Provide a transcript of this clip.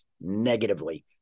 negatively